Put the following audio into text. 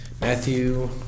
Matthew